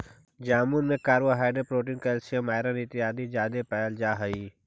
जामुन में carbohydrate protein calcium iron इत्यादि जादे पायल जा हई